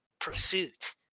pursuit